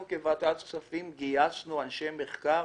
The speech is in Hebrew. אנחנו כוועדת כספים גייסנו אנשי מחקר,